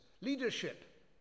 leadership